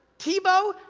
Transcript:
tivo,